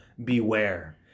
Beware